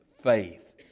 faith